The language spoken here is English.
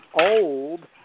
old